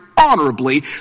Honorably